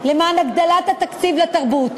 למען הגדלת התקציב לתרבות,